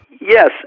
Yes